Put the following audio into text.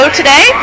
today